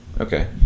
Okay